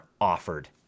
offered